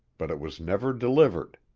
but it was never delivered.